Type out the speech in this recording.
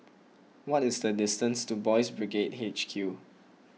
what is the distance to Boys' Brigade H Q